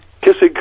Kissing